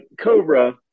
cobra